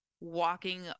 walking